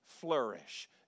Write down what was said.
flourish